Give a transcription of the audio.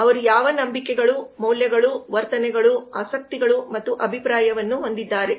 ಅವರು ಯಾವ ನಂಬಿಕೆಗಳು ಮೌಲ್ಯಗಳು ವರ್ತನೆಗಳು ಆಸಕ್ತಿಗಳು ಮತ್ತು ಅಭಿಪ್ರಾಯವನ್ನು ಹೊಂದಿದ್ದಾರೆ